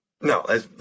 No